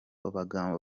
abagabo